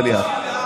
נניח?